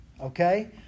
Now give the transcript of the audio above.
okay